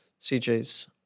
CJ's